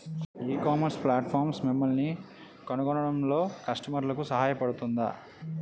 ఈ ecommerce platform మిమ్మల్ని కనుగొనడంలో కస్టమర్లకు సహాయపడుతుందా?